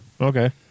okay